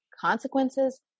consequences